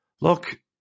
look